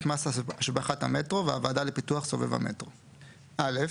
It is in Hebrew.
מס השבחת המטרו והוועדה לפיתוח סובב המטרו 29. (א)